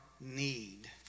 need